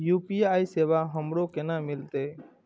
UPI सेवा हमरो केना मिलते?